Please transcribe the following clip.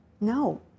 No